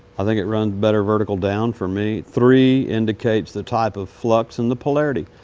i think it runs but vertical down for me. three indicates the type of flux and the polarity.